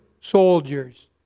soldiers